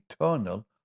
eternal